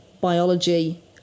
biology